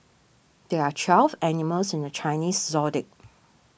there are twelve animals in the Chinese zodiac